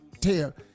tell